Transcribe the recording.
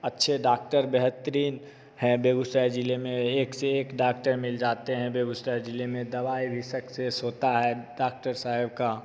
अच्छे डाक्टर बेहतरीन हैं बेगूसराय जिले में एक से एक डॉक्टर मिल जाते हैं बेगूसराय जिले में दवाई भी सक्सेस होता है डॉक्टर साहब का